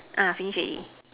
finish already